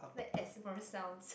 the asthma sounds